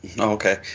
Okay